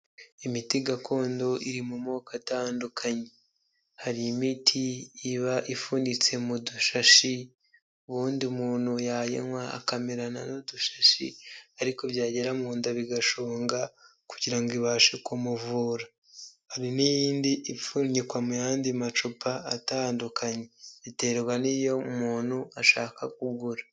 Imiti gakondo iri mu moko atandukanye, hari imiti iba ifunitse mu dushashi ubundi umuntu yayinywa akamirana n'udushashi ariko byagera mu nda bigashonga kugira ngo ibashe kumuvura, hari n'iyindi ipfunyikwa mu yandi macupa atandukanye biterwa n'iyo umuntu ashaka kugura.